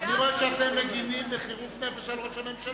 אני רואה שאתם מגינים בחירוף נפש על ראש הממשלה.